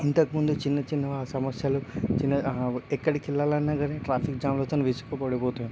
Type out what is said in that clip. ఇంతకుముందు చిన్న చిన్న సమస్యలు చిన్న ఎక్కడకెళ్లాలన్నా కానీ ట్రాఫిక్ జామ్లతోనీ విసుగు పడిపోతూ ఉన్నాం